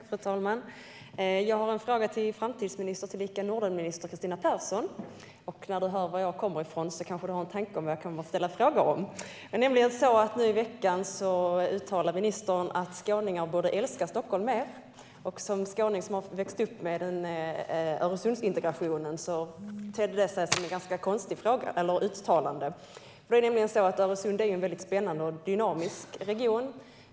Fru talman! Jag har en fråga till framtidsminister tillika Nordenminister Kristina Persson. När statsrådet hör var jag kommer från kanske hon har en tanke om vad jag kommer att fråga om. Nu i veckan uttalade ministern att skåningar borde älska Stockholm mer. För en skåning som har vuxit upp med Öresundsintegrationen tedde det sig som ett konstigt uttalande. Öresund är en spännande och dynamisk region.